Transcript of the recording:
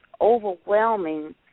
overwhelming